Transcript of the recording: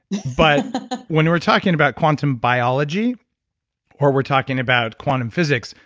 but when we're talking about quantum biology or we're talking about quantum physics,